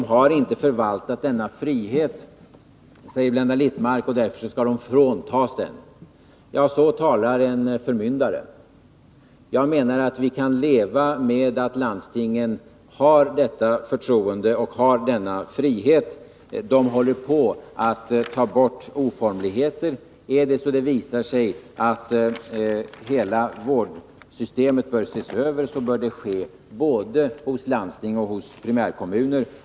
De har inte förvaltat denna frihet, sade Blenda Littmarck, och därför skall de fråntas den. Så talar en förmyndarel Jag menar att vi kan leva med att landstingen har detta förtroende och denna frihet. De håller på med att ta bort oformligheter. Visar det sig att hela vårdsystemet bör ses över, bör det ske både hos landsting och hos primärkommuner.